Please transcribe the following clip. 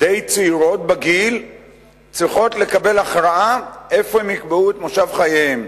די צעירות בגיל צריכות לקבל הכרעה איפה הן יקבעו את מושב חייהן.